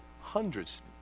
hundreds